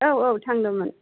औ औ थांदोंमोन